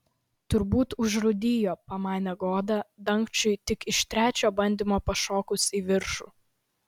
turbūt užrūdijo pamanė goda dangčiui tik iš trečio bandymo pašokus į viršų